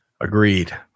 Agreed